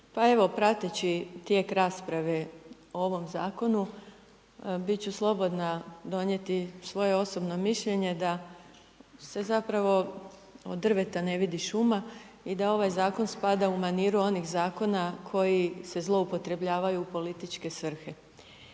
prateći tijek rasprave o ovom Zakonu, biti ću slobodna donijeti svoje osobno mišljenje da se zapravo od drveta ne vidi šuma i da ovaj Zakon spada u maniru onih Zakona koji se zloupotrebljavaju u političke svrhe.